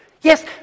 Yes